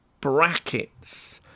brackets